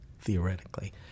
theoretically